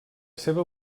seva